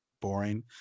boring